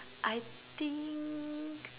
I think